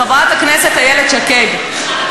חברת הכנסת איילת שקד,